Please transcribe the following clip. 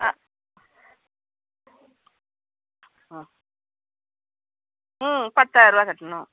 ஆ ஆ ம் பத்தாயர ரூபா கட்டணும்